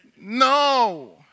No